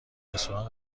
رستوران